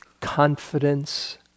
confidence